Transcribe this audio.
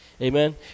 amen